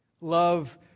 Love